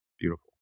Beautiful